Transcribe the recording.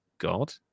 god